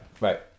right